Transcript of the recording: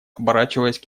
оборачиваясь